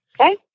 Okay